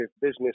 business